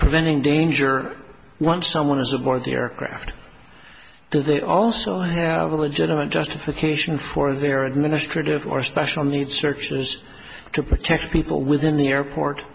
preventing danger once someone is aboard the aircraft do they also have a legitimate justification for their administrative or special needs searches to protect people within the airport